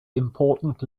important